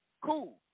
cool